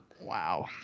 Wow